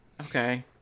okay